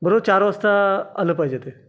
बरोबर चार वाजता आलं पाहिजे ते